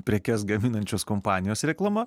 prekes gaminančios kompanijos reklama